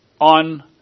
on